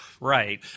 Right